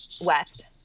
West